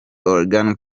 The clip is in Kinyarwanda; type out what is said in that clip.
oregon